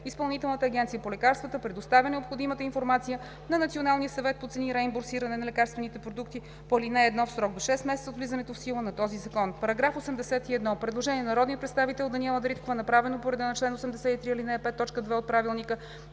Изпълнителната агенция по лекарствата предоставя необходимата информация на Националния съвет по цени и реимбурсиране на лекарствените продукти по ал. 1 в срок до 6 месеца от влизането в сила на този закон.“ По § 81 има предложение на народния представител Даниела Дариткова, направено по реда на чл. 83, ал. 5, т. 2 от ПОДНС.